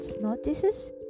notices